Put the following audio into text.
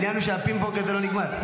העניין הוא שהפינג-פונג הזה לא נגמר.